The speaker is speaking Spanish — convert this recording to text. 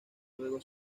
luego